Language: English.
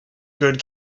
good